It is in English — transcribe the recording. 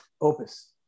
Opus